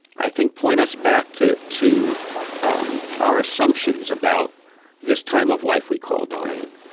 i think, point us back to to um our assumptions about this time of life we call dying.